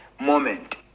moment